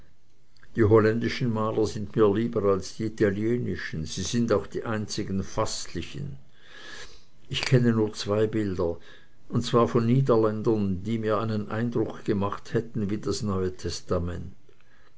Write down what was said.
die holländischen maler sind mir lieber als die italienischen sie sind auch die einzigen faßlichen ich kenne nur zwei bilder und zwar von niederländern die mir einen eindruck gemacht hätten wie das neue testament